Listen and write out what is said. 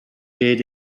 reared